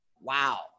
Wow